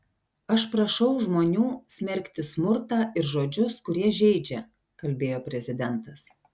aš prašau žmonių smerkti smurtą ir žodžius kurie žeidžia kalbėjo prezidentas